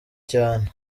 cyane